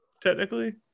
Technically